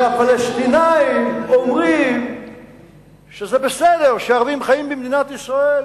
כשהפלסטינים אומרים שזה בסדר שערבים חיים במדינת ישראל,